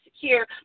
secure